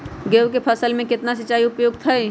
गेंहू के फसल में केतना सिंचाई उपयुक्त हाइ?